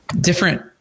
different